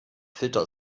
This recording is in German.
filter